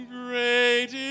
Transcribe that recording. great